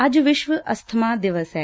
ਅੱਜ ਵਿਸ਼ਵ ਅਸਥਮਾ ਦਿਵਸ ਐ